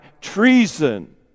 treason